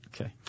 Okay